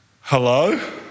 Hello